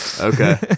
Okay